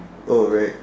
oh right